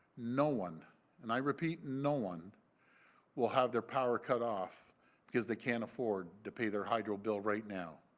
no one and i repeat no one will have their power cut off because they can't afford to pay their hydro bill right now.